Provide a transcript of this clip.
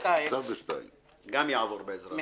עכשיו זה 2. עכשיו זה 2. גם יעבור, בעזרת השם.